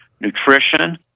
nutrition